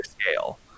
scale